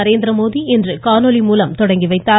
நரேந்திரமோடி இன்று காணொலி மூலம் துவக்கிவைத்தார்